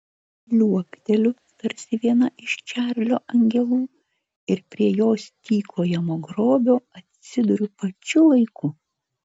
liuokteliu tarsi viena iš čarlio angelų ir prie jos tykojamo grobio atsiduriu pačiu laiku